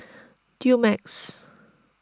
Dumex